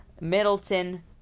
Middleton